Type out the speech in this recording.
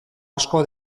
asko